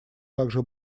также